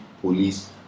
police